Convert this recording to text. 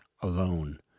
alone